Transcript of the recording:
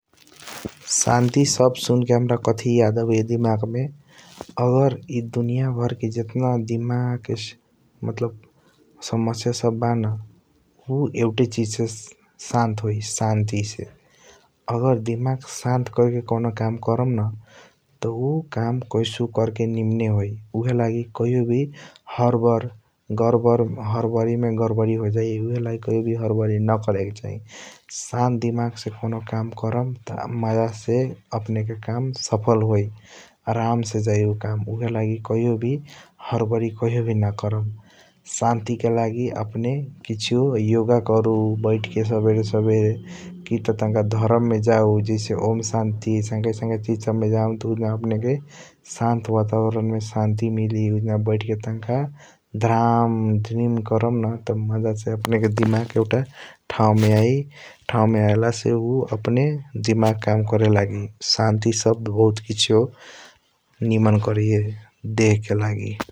सन्ति सबद सुन के हाम्रा कथी याद आबाइया दिमाग मे आगर ई दुनिया भर के जतन दिमाग मतलब समस्या सब बा न । उ एउटा चीज से संता होई सन्ति से आगर दिमाग संता कर के कॉनो काम कर्म न उ काम कैशऊ कर के निमन होई । ऊहएलगी कहियों वी हर्बरी गरबर हर्बरी मे गरबारी होजई ऊहएलगी कहियों वी हर्बरी न करएके चाही । संता दिमाग से कॉनो काम कर्म त मज़ा से अपनेके काम सफल होई आराम से जाईऊ काम ऊहएलगी कहियों वी हर्बरी कहियों बी न क्रम । सन्ति के अपने किसियों योगा करू बैठ के सबेरे सबेरे कित धर्म मे जाऊ जैसे ओमसन्ति आईसंका आईसंका चीज सब मे जाम त । उजना अपनेके संता वता वरुण मे सन्ति मिली उजान बैठ के टंक धाम धमरीं कर्म न मज़ा से अपने के दिमाग ठाऊ मे आई । ठाऊ मे आयल से उ अपने दिमाग काम करे लागि सन्ति सबद्ध बहुत किसियों निमन करैया देह के लागि ।